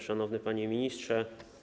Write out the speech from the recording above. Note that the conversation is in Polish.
Szanowny Panie Ministrze!